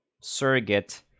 surrogate